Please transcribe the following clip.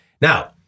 Now